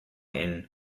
and